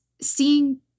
seeing